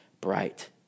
bright